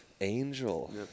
Angel